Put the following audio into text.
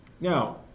Now